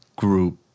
group